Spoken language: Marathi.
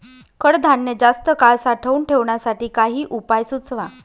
कडधान्य जास्त काळ साठवून ठेवण्यासाठी काही उपाय सुचवा?